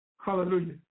Hallelujah